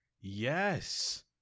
Yes